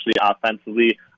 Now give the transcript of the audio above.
offensively